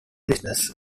business